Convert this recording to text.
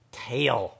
tail